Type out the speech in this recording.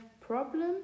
problems